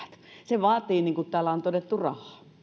se vaatii niin kun täällä on todettu rahaa